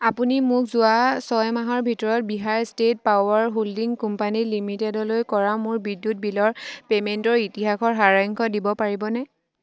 আপুনি মোক যোৱা ছয় মাহৰ ভিতৰত Bihar state power holding company লিমিটেডলৈ কৰা মোৰ বিদ্যুৎ বিলৰ পে'মেণ্টৰ ইতিহাসৰ সাৰাংশ দিব পাৰিবনে